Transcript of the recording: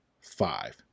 five